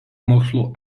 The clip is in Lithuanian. mokslų